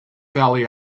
valley